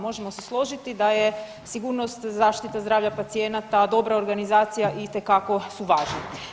Možemo se složiti da je sigurnost zaštita zdravlja pacijenata, dobra organizacija itekako su važne.